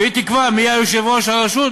והיא תקבע מי יהיה יושב-ראש הרשות,